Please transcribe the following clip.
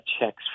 checks